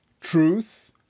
Truth